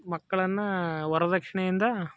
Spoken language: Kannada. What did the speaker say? ಮಕ್ಕಳನ್ನಾ ವರ್ದಕ್ಷಿಣೆಯಿಂದ